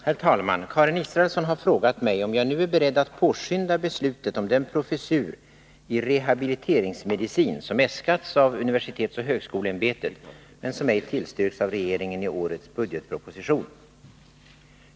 Herr talman! Karin Israelsson har frågat mig om jag nu är beredd att påskynda beslutet om den professur i rehabiliteringsmedicin som äskats av universitetsoch högskoleämbetet men som ej tillstyrkts av regeringen i årets budgetproposition.